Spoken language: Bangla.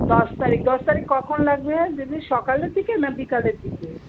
দশ তারিখ দশ তারিখ কখন লাগবে দিদি সকালের দিকে না বিকালের দিকে